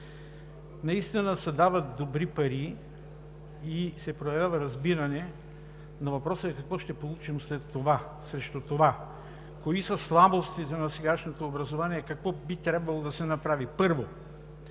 Наистина се дават добри пари и се проявява разбиране, но въпросът е: какво ще получим след това срещу това? Кои са слабостите на сегашното образование, какво би трябвало да се направи?